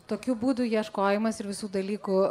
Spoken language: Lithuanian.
tokių būdų ieškojimas ir visų dalykų